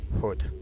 Hood